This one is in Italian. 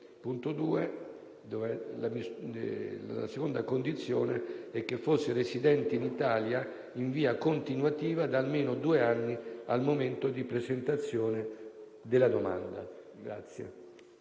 seconda condizione, residente in Italia in via continuativa da almeno due anni al momento della presentazione della domanda.